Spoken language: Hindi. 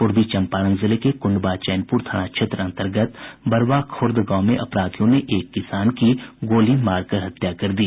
पूर्वी चंपारण जिले के कुंडवा चैनपुर थाना क्षेत्र अंतर्गत बरवा खुर्द गांव में अपराधियों ने एक किसान की गोली मारकर हत्या कर दी